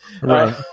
Right